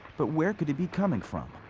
but where could it be coming from?